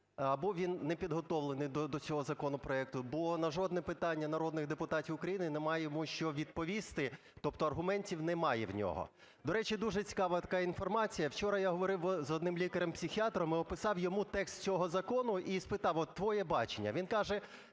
або він непідготовлений до цього законопроекту, бо на жодне питання народних депутатів України немає йому що йому відповісти, тобто аргументів немає в нього. До речі, дуже цікава така інформація. Вчора я говорив з одним лікарем-психіатром і описав йому текст цього закону, і спитав: от твоє бачення. Він каже: